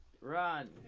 Run